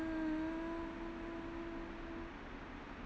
mm